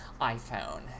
iPhone